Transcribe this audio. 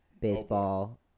baseball